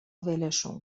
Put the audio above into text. ولشون